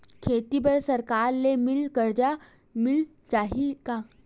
खेती बर सरकार ले मिल कर्जा मिल जाहि का?